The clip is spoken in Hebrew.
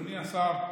אדוני השר,